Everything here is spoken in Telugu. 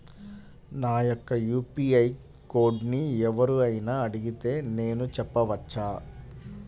నా యొక్క యూ.పీ.ఐ కోడ్ని ఎవరు అయినా అడిగితే నేను చెప్పవచ్చా?